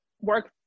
work